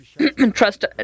Trust